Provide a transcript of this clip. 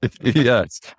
Yes